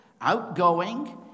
outgoing